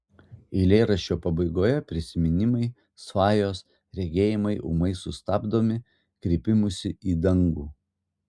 eilėraščio pabaigoje prisiminimai svajos regėjimai ūmai sustabdomi kreipimusi į dangų